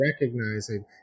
recognizing